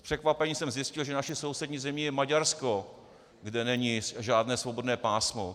S překvapením jsem zjistil, že naší sousední zemí je Maďarsko, kde není žádné svobodné pásmo.